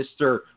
Mr